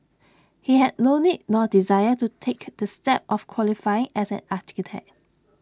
he had no need nor desire to take the step of qualifying as an architect